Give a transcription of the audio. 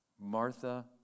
Martha